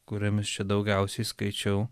kuriomis čia daugiausiai skaičiau